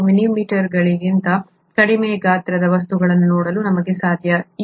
ಕೆಲವು ಮಿಲಿಮೀಟರ್ಗಳಿಗಿಂತ ಕಡಿಮೆ ಗಾತ್ರದ ವಸ್ತುಗಳನ್ನು ನೋಡಲು ನಮಗೆ ಸಾಧ್ಯವಿಲ್ಲ